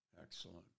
Excellent